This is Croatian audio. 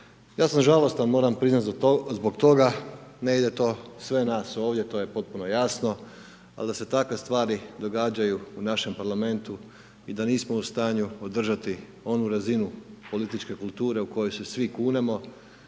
Ja sam žalostan, moram priznati, zbog toga, ne ide to sve nas ovdje, to je potpuno jasno, ali da se takve stvari događaju u našem parlamentu i da nismo u stanju održati onu razinu političke kulture u koju se svi kunemo